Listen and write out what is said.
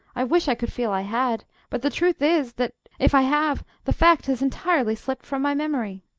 i wish i could feel i had but the truth is that, if i have, the fact has entirely slipped from my memory.